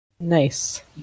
Nice